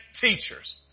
teachers